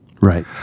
Right